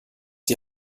die